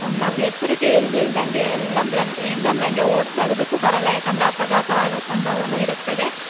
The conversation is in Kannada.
ನಾವು ಎಚ್ಚರಿಕೆ ಇಲ್ ಇಲ್ಲದಂಗೆ ಎಲ್ಲೆಂದರಲ್ಲಿ ಹೆಂಗೆ ಅಂದ್ರಂಗೆ ಓಡ್ಸೋದಕ್ಕೂ ಬರಲ್ಲ ಯಾಕಂದರೆ ಅಪಘಾತವಾಗುವ ಸಂಭವನೂ ಇರುತ್ತದೆ